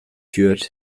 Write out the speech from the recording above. führt